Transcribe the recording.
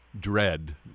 dread